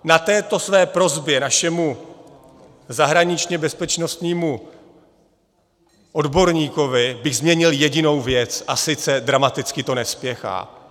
Na této své prosbě našemu zahraničněbezpečnostnímu odborníkovi bych zmínil jedinou věc, a sice dramaticky to nespěchá.